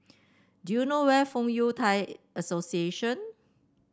do you know where is Fong Yun Thai Association